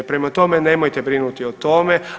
Prema tome, nemojte brinuti o tome.